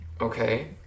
Okay